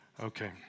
Okay